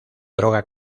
droga